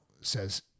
says